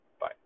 Bye